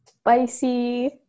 spicy